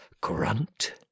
grunt